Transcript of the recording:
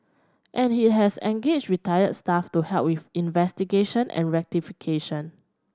and it has engaged retired staff to help with investigation and rectification